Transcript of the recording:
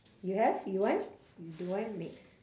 you have you want you don't want next